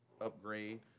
upgrade